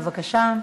בבקשה,